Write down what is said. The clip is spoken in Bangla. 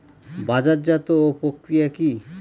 বাজারজাতও প্রক্রিয়া কি?